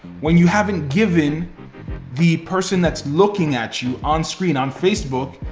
when you haven't given the person that's looking at you on screen, on facebook,